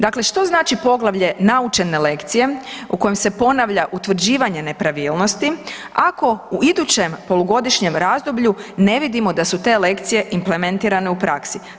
Dakle, što znači poglavlje naučene lekcije u kojem se ponavlja utvrđivanje nepravilnosti ako u idućem polugodišnjem razdoblju ne vidimo da su te lekcije implementirane u praksi.